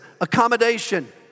accommodation